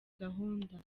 gahunda